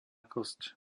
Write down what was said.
kosť